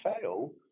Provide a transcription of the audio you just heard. fail